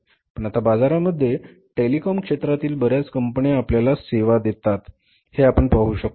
पण आता बाजारामध्ये टेलिकॉम क्षेत्रातील बऱ्याच कंपन्या आपल्याला सेवा देतात हे आपण पाहू शकतो